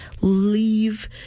leave